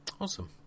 awesome